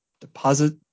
deposit